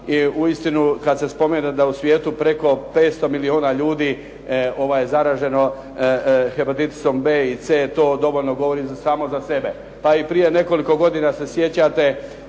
i uistinu kad se spomene da je u svijetu preko 500 milijuna ljudi zaraženo hepatitisom B i C, to dovoljno govori samo za sebe. Pa i prije nekoliko godina se sjećate